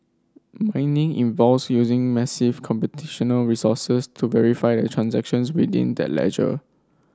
mining involves using massive computational resources to verify the transactions within that ledger